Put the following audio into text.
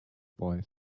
boy